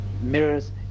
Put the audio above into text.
mirrors